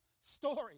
story